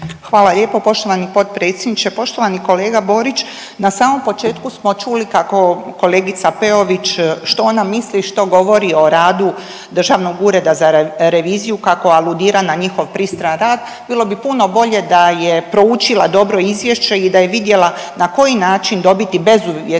Hvala lijepo poštovani potpredsjedniče. Poštovani kolega Borić. Na samom početku smo čuli kako kolegica Peović što ona misli, što govori o radu Državnog ureda za reviziju, kako aludira na njihov pristran rad. Bilo bi puno bolje da je proučila dobro izvješće i da je vidjela na koji način dobiti bezuvjetno